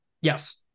Yes